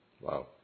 Wow